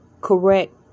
correct